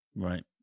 Right